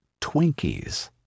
Twinkies